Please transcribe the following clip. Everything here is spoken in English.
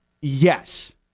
Yes